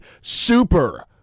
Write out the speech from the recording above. super